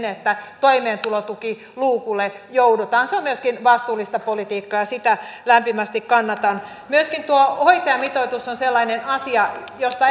että toimeentulotukiluukulle joudutaan se on myöskin vastuullista politiikkaa ja sitä lämpimästi kannatan myöskin hoitajamitoitus on sellainen asia josta